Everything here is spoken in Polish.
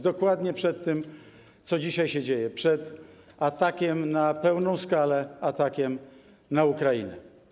Dokładnie przed tym, co dzisiaj się dzieje: przed atakiem na pełną skalę, atakiem na Ukrainę.